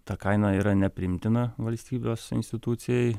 ta kaina yra nepriimtina valstybės institucijai